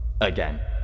Again